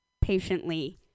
patiently